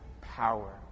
power